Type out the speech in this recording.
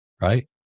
right